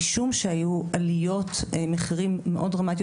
משום שהיו עליות מחירים מאוד דרמטיות